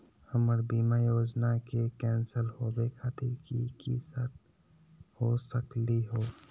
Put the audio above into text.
हमर बीमा योजना के कैन्सल होवे खातिर कि कि शर्त हो सकली हो?